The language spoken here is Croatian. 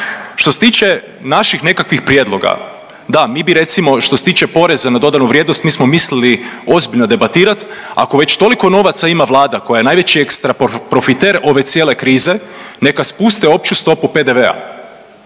Što se tiče naših nekakvih prijedloga, da mi bi recimo što se tiče poreza na dodanu vrijednost mi smo mislili ozbiljno debatirati ako već toliko novaca ima Vlada koja je najveći ekstra profiter ove cijele krize neka spuste opću stopu PDV-a.